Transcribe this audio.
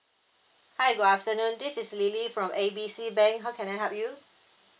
hi good afternoon this is lily from A B C bank how can I help you